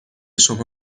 شما